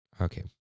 okay